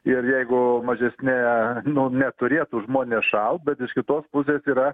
ir jeigu mažesne nu neturėtų žmonės šalt bet iš kitos pusės yra